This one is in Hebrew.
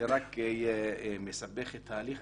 זה רק מסבך את ההליך.